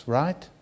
right